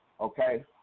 Okay